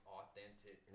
authentic